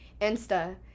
Insta